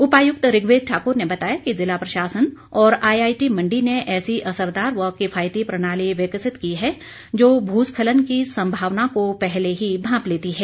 उपायुक्त ऋग्वेद ठाकुर ने बताया कि जिला प्रशासन और आईआईटी मंडी ने ऐसी असरदार व किफायती प्रणाली विकसित की है जो भूस्खलन की संभावना को पहले ही भांप लेती है